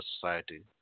society